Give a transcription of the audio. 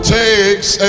takes